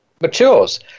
Matures